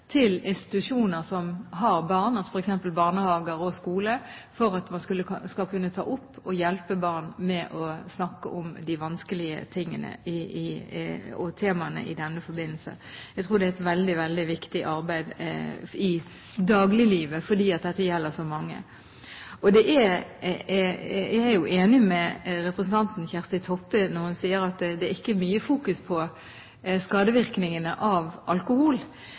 til institusjoner som har barn, f.eks. barnehager og skoler, for at man skal kunne ta opp og hjelpe barn med å snakke om de vanskelige temaene i denne forbindelse. Jeg tror det er et veldig viktig arbeid i dagliglivet, for dette gjelder så mange. Jeg er enig med representanten Kjersti Toppe når hun sier at det ikke er mye fokus på skadevirkningene av alkohol.